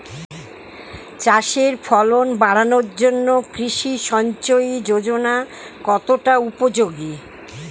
চাষের ফলন বাড়ানোর জন্য কৃষি সিঞ্চয়ী যোজনা কতটা উপযোগী?